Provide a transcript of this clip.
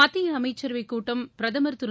மத்திய அமைச்சரவைக் கூட்டம் பிரதமர் திரு